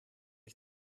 ich